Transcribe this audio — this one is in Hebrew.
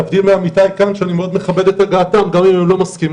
להבדיל מעמיתיי כאן שאני מאוד מכבד את הגעתם גם אם הם לא מסכימים.